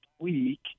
week